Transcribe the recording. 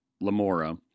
Lamora